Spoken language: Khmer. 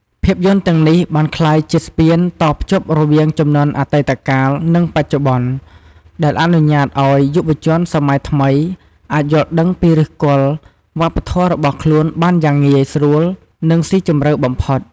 ភាពយន្តទាំងនេះបានក្លាយជាស្ពានតភ្ជាប់រវាងជំនាន់អតីតកាល និងបច្ចុប្បន្ន ដែលអនុញ្ញាតឲ្យយុវជនសម័យថ្មីអាចយល់ដឹងពីឫសគល់វប្បធម៌របស់ខ្លួនបានយ៉ាងងាយស្រួលនិងស៊ីជម្រៅបំផុត។